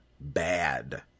bad